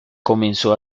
comenzó